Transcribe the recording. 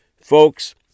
Folks